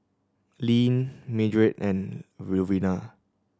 Leeann Mildred and Louvenia